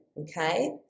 okay